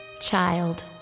Child